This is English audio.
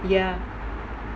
ya